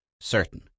certain